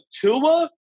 Tua